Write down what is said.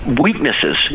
weaknesses